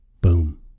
Boom